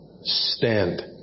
Stand